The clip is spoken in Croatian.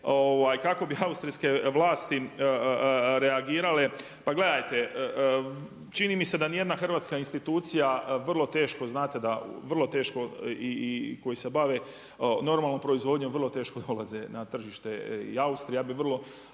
kako bi austrijske vlasti reagirale, pa gledajte čini mi se da nijedna hrvatska institucija vrlo teško koji se bave normalnom proizvodnjom vrlo teško dolaze na tržište i Austrija.